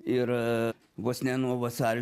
ir vos ne nuo vasario